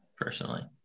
personally